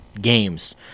games